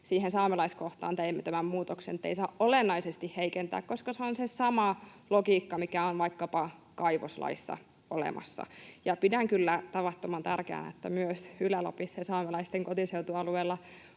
saamelaiskohtaan teimme tämän muutoksen, että ”ei saa olennaisesti heikentää”, koska se on se sama logiikka, mikä on vaikkapa kaivoslaissa olemassa. Pidän kyllä tavattoman tärkeänä, että myös Ylä-Lapissa ja saamelaisten kotiseutualueella